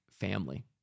family